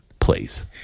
Please